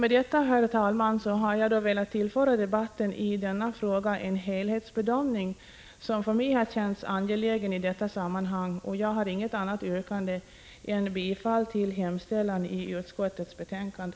Med detta, herr talman, har jag velat tillföra debatten i denna fråga en helhetsbedömning som för mig har känts angelägen i detta sammanhang, och jag har inget annat yrkande än bifall till hemställan i utskottets betänkande.